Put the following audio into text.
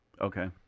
Okay